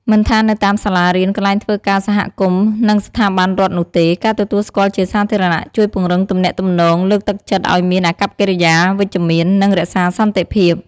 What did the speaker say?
មិនថានៅតាមសាលារៀន កន្លែងធ្វើការ សហគមន៍ និងស្ថាប័នរដ្ឋនោះទេ ការទទួលស្គាល់ជាសាធារណៈជួយពង្រឹងទំនាក់ទំនង លើកទឹកចិត្តឱ្យមានអាកប្បកិរិយាវិជ្ជមាន និងរក្សាសន្តិភាព។